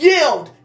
Yield